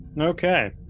Okay